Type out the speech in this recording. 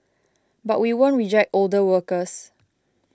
but we won't reject older workers